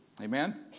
Amen